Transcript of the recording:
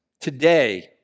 Today